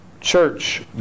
Church